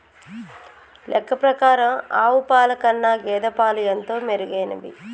లెక్క ప్రకారం ఆవు పాల కన్నా గేదె పాలు ఎంతో మెరుగైనవి